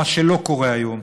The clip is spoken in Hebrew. מה שלא קורה היום.